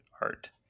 art